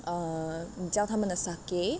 uh 你叫他们的 sake